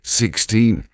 sixteen